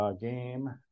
game